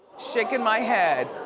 shaking my head.